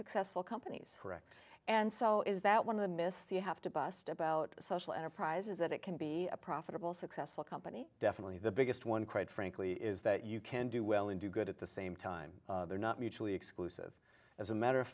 successful companies correct and so is that one of the missed you have to bust about social enterprise is that it can be a profitable successful company definitely the biggest one quite frankly is that you can do well and do good at the same time they're not mutually exclusive as a matter of